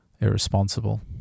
irresponsible